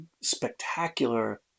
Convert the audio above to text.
spectacular